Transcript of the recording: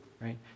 right